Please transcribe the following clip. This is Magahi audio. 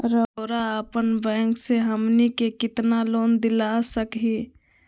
रउरा अपन बैंक से हमनी के कितना लोन दिला सकही?